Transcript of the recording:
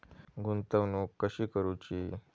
गुंतवणूक कशी करूची?